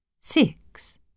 six